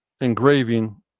engraving